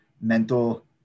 mental